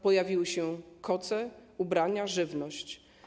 Pojawiły się koce, ubrania, żywność.